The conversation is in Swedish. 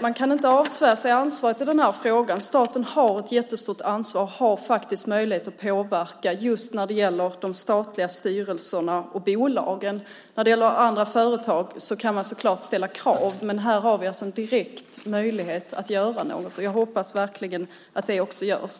Man kan inte avsvära sig ansvaret i den här frågan. Staten har ett stort ansvar och har möjligheter att påverka i de statliga styrelserna och bolagen. När det gäller andra företag kan staten så klart ställa krav, men här har vi en direkt möjlighet att göra något. Jag hoppas verkligen att det också görs.